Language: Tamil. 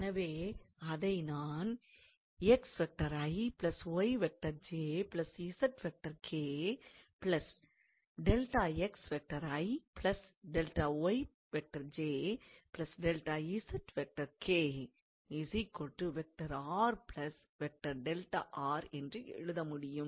எனவே அதை நான் என்று எழுத முடியும்